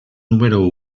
número